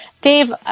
dave